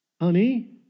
honey